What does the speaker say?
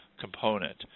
component